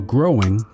Growing